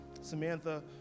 Samantha